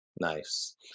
Nice